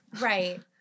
right